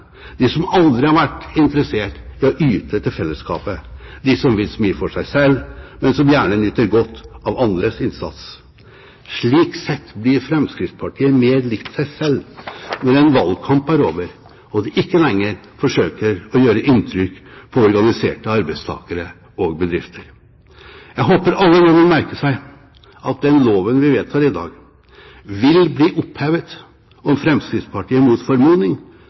de som aldri har vært interessert i å yte til fellesskapet, de som vil smi for seg selv, men som gjerne nyter godt av andres innsats. Slik sett blir Fremskrittspartiet mer likt seg selv når en valgkamp er over og de ikke lenger forsøker å gjøre inntrykk på organiserte arbeidstakere og bedrifter. Jeg håper alle nå vil merke seg at den loven vi vedtar i dag, vil bli opphevet om Fremskrittspartiet mot